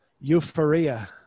Euphoria